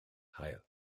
haul